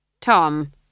Tom